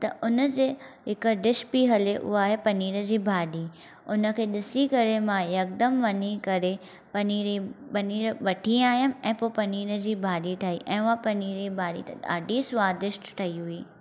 त हुन जे हिकु डिश पई हले उहा आहे पनीर जी भाॼी उन खे ॾिसी करे मां हिकदमु वञी करे पनीर ई पनीर वठी आयमि ऐं पोइ पनीर जी भाॼी ठाई ऐं उआ पनीर जी भाॼी ठाही ॾाढी स्वादिष्ट ठही हुई